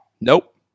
Nope